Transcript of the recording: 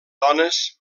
dones